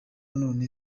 none